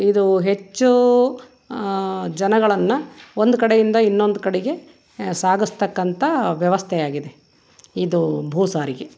ಇದೂ ಹೆಚ್ಚು ಜನಗಳನ್ನು ಒಂದು ಕಡೆಯಿಂದ ಇನ್ನೊಂದು ಕಡೆಗೆ ಸಾಗಿಸ್ತಕ್ಕಂಥ ವ್ಯವಸ್ಥೆ ಆಗಿದೆ ಇದು ಭೂ ಸಾರಿಗೆ